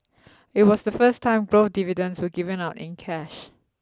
it was the first time growth dividends were given out in cash